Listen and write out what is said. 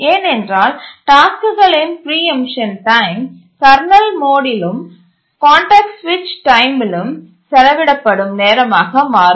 ஏனென்றால் டாஸ்க்குகளின் preemption time kernel மோடிலும் கான்டெக்ஸ்ட் சுவிட்ச் டைமிலும் செலவிடப்படும் நேரமாக மாறும்